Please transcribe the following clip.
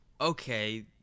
okay